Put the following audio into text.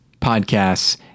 podcasts